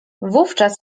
wówczas